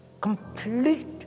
complete